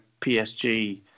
PSG